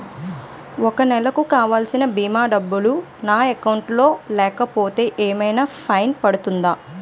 ఒక నెలకు కావాల్సిన భీమా డబ్బులు నా అకౌంట్ లో లేకపోతే ఏమైనా ఫైన్ పడుతుందా?